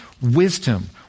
wisdom